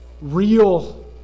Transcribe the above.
real